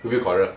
会不会 quarrel